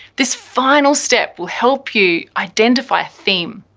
this final step will help you identify a theme.